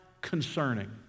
concerning